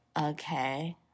okay